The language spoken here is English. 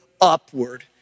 upward